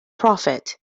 profit